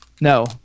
No